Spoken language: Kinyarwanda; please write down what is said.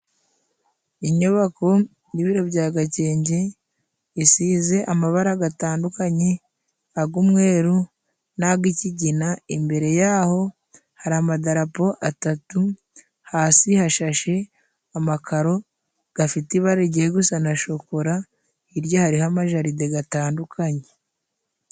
Inyubako y'ibiro bya Gagenke isize amabara gatandukanye: ag'umweru n'ag'ikigina. Imbere yaho hari amadarapo atatu, hasi hashashe amakaro gafite ibara rigiye gusa na shokora, hirya hariho amajaride gatandukanye.